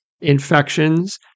infections